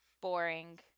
Boring